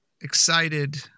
excited